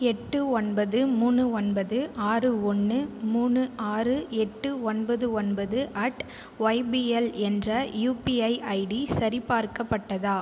எட்டு ஒன்பது மூணு ஒன்பது ஆறு ஒன்று மூணு ஆறு எட்டு ஒன்பது ஒன்பது அட் ஓய்பிஎல் என்ற யூபிஐ ஐடி சரிபார்க்கப்பட்டதா